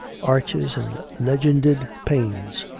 arches and legended panes.